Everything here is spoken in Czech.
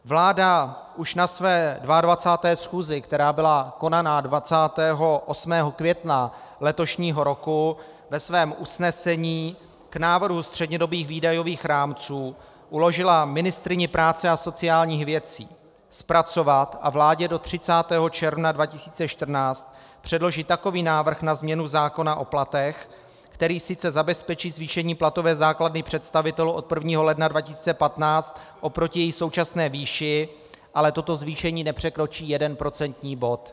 Vláda už na své 22. schůzi konané 28. května letošního roku ve svém usnesení k návrhu střednědobých výdajových rámců uložila ministryni práce a sociálních věcí zpracovat a vládě do 30. června 2014 předložit takový návrh na změnu zákona o platech, který sice zabezpečí zvýšení platové základny představitelů od 1. ledna 2015 oproti její současné výši, ale toto zvýšení nepřekročí jeden procentní bod.